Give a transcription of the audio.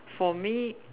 for me